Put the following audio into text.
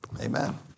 Amen